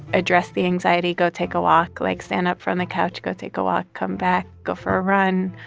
address the anxiety. go take a walk. like, stand up from the couch. go take a walk. come back. go for a run.